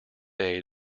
aid